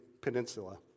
peninsula